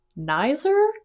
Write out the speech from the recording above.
Nizer